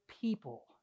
people